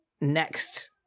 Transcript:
next